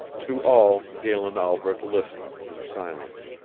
to all galen albret listened in silence.